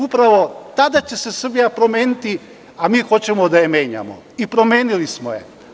Upravo tada će se Srbija promeniti, a mi hoćemo da je menjamo i promenili smo je.